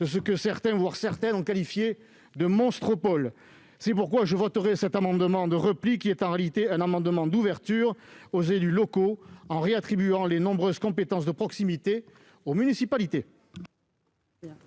de ce que certains ont qualifié de « monstropoles ». C'est pourquoi je voterai cet amendement de repli, qui est en réalité un amendement d'ouverture aux élus locaux, en réattribuant les nombreuses compétences de proximité aux municipalités.